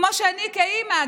כמו שאני כאימא,